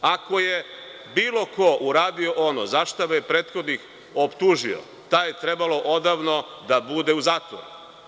Ako je bilo ko uradio ono za šta me je prethodnik optužio, taj je trebao odavno da bude u zatvoru.